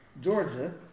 Georgia